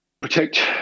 protect